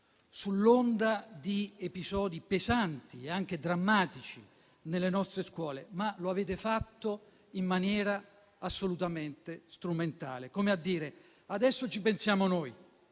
sull'onda di episodi pesanti, anche drammatici, nelle nostre scuole. Lo avete fatto, però, in maniera assolutamente strumentale. Come a dire: adesso ci pensiamo noi,